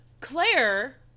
Claire